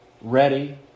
ready